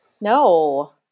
No